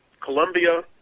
Colombia